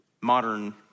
modern